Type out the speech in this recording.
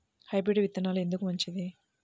Hybrid విత్తనాలు ఎందుకు మంచిది?